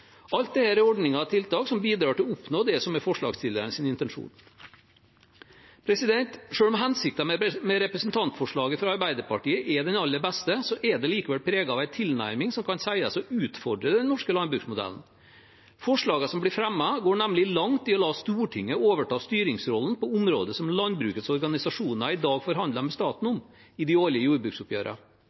Alt dette er ordninger og tiltak som bidrar til å oppnå det som er forslagsstillernes intensjon. Selv om hensikten med representantforslaget fra Arbeiderpartiet er den aller beste, er det likevel preget av en tilnærming som kan sies å utfordre den norske landbruksmodellen. Forslagene som blir fremmet, går nemlig langt i å la Stortinget overta styringsrollen på områder som landbrukets organisasjoner i dag forhandler med staten om i de årlige